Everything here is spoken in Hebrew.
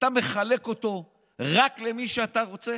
אתה מחלק אותו רק למי שאתה רוצה,